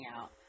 out